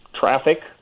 traffic